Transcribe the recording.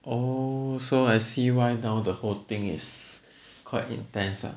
oh so I see why now the whole thing is quite intense lah